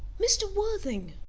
mr. worthing!